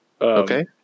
Okay